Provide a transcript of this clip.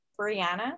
Brianna